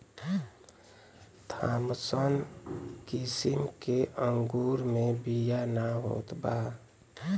Thompson किसिम के अंगूर मे बिया ना होत बा